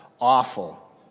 awful